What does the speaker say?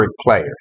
players